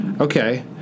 Okay